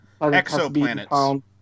exoplanets